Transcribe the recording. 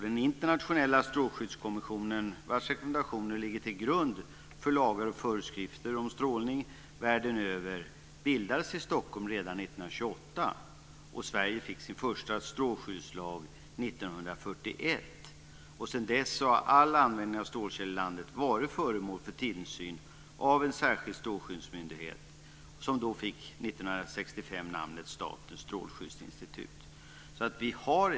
Den internationella strålskyddskommissionen, vars rekommendationer ligger till grund för lagar och föreskrifter om strålning världen över, bildades i Stockholm redan 1928, och Sverige fick sin första strålskyddslag 1941. Sedan dess har all användning av strålkällor i landet varit föremål för tillsyn av en särskild strålskyddsmyndighet som 1965 fick namnet Statens strålskyddsinstitut.